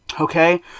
Okay